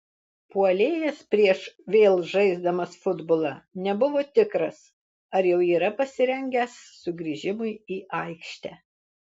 puolėjas prieš vėl žaisdamas futbolą nebuvo tikras ar jau yra pasirengęs sugrįžimui į aikštę